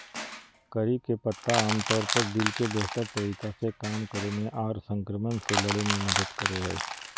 करी के पत्ता आमतौर पर दिल के बेहतर तरीका से काम करे मे आर संक्रमण से लड़े मे मदद करो हय